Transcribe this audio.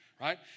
right